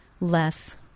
less